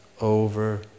over